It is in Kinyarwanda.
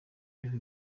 uriho